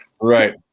right